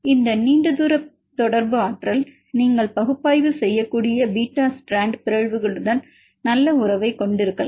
இந்த நீண்ட தூர தொடர்பு ஆற்றல் நீங்கள் பகுப்பாய்வு செய்யக்கூடிய பீட்டா ஸ்ட்ராண்ட் பிறழ்வுகளுடன் நல்ல உறவைக் கொண்டிருக்கலாம்